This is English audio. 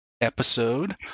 episode